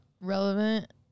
relevant